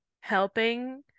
helping